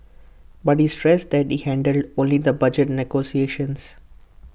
but he stressed that he handled only the budget negotiations